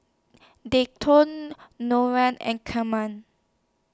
Dayton Orlo and Carma